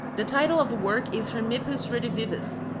the title of the work is hermippus redivivus,